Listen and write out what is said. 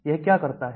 यह क्या करता है